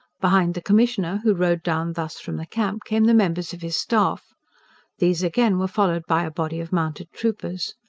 behind the commissioner, who rode down thus from the camp, came the members of his staff these again were followed by a body of mounted troopers.